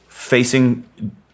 facing